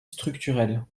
structurel